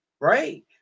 right